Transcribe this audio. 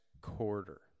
quarter